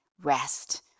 rest